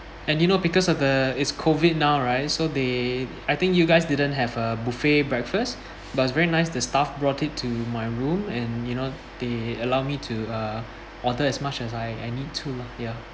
and you know because of the it's COVID now right so they I think you guys didn't have a buffet breakfast but it's very nice the staff brought it to my room and you know they allow me to uh order as much as I I need to lah ya